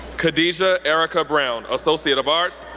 kadeja erica brown, associate of arts,